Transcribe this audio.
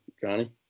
Johnny